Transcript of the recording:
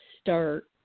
start